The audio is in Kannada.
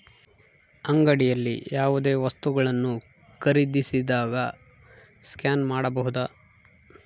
ಅಂಗಡಿಯಲ್ಲಿ ಯಾವುದೇ ವಸ್ತುಗಳನ್ನು ಖರೇದಿಸಿದಾಗ ಸ್ಕ್ಯಾನ್ ಮಾಡಬಹುದಾ?